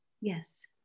Yes